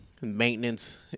Maintenance